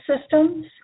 systems